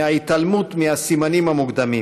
מההתעלמות מהסימנים המוקדמים